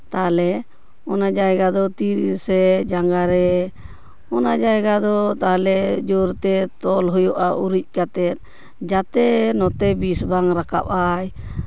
ᱛᱟᱦᱚᱞᱮ ᱚᱱᱟ ᱡᱟᱭᱜᱟ ᱫᱚ ᱛᱤ ᱨᱮᱥᱮ ᱡᱟᱝᱜᱟ ᱨᱮ ᱚᱱᱟ ᱡᱟᱭᱜᱟ ᱫᱚ ᱛᱟᱦᱚᱞᱮ ᱡᱳᱨ ᱛᱮ ᱛᱚᱞ ᱦᱩᱭᱩᱜᱼᱟ ᱩᱨᱤᱡ ᱠᱟᱛᱮᱫ ᱡᱟᱛᱮ ᱱᱚᱛᱮ ᱵᱤᱥ ᱵᱟᱝ ᱨᱟᱠᱟᱵ ᱟᱭ